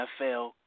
NFL